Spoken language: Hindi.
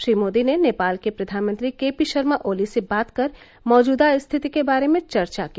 श्री मोदी ने नेपाल के प्रधानमंत्री केपी शर्मा ओली से बात कर मैजूदा स्थिति के बारे में चर्चा की